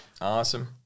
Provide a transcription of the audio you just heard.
Awesome